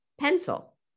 pencil